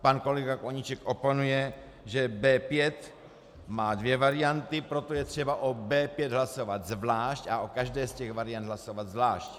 Pan kolega Koníček oponuje, že B5 má dvě varianty, proto je třeba o B5 hlasovat zvlášť a o každé z variant hlasovat zvlášť.